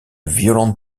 violente